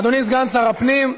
אדוני סגן שר הפנים,